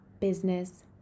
business